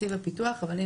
שמי